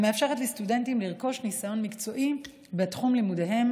המאפשרת לסטודנטים לרכוש ניסיון מקצועי בתחום לימודיהם